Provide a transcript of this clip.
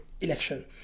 election